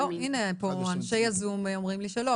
לא, הנה, אנשי הזום אומרים לי שלא.